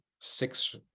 six